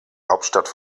hauptstadt